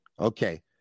Okay